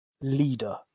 leader